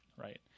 right